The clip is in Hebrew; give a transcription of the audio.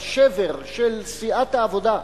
השבר של סיעת העבודה,